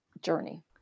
journey